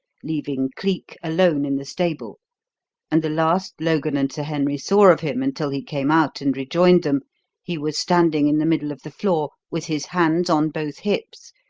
leaving cleek alone in the stable and the last logan and sir henry saw of him until he came out and rejoined them he was standing in the middle of the floor, with his hands on both hips,